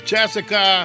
Jessica